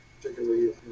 Particularly